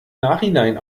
nachhinein